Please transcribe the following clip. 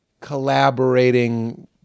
collaborating